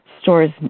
stores